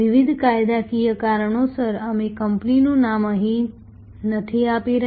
વિવિધ કાયદાકીય કારણોસર અમે કંપનીનું નામ અહીં નથી આપી રહ્યા